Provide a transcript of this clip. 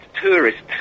tourists